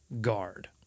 guard